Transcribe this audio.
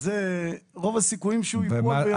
שרוב הסיכויים שהוא ייפול.